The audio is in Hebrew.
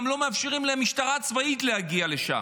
גם לא מאפשרים למשטרה הצבאית להגיע לשם.